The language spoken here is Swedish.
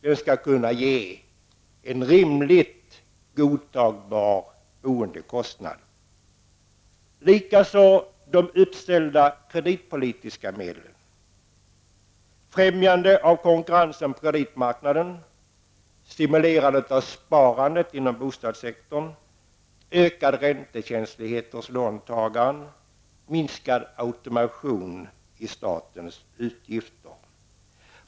Den skall kunna ge en rimligt godtagbar boendekostnad. Det gäller även de uppställda kreditpolitiska målen, främjande av konkurrensen på kreditmarknaden, stimulerandet av sparandet inom bostadssektorn, ökad räntekänslighet hos låntagarna och minskad automation i statens utgifter.